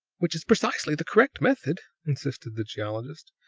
which is precisely the correct method! insisted the geologist.